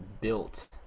built